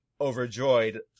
overjoyed